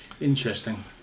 Interesting